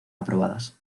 aprobadas